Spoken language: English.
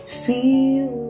feel